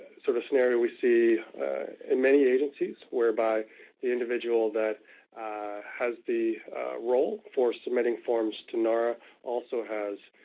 sort of scenario we see in many agencies, whereby the individual that has the role for submitting forms to nara also has